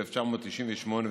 1998,